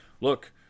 look